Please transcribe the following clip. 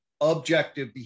objective